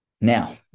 Now